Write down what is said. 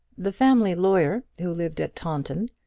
the family lawyer, who lived at taunton,